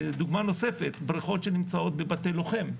דוגמה נוספת בריכות שנמצאות בבתי לוחם,